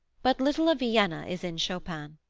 but little of vienna is in chopin.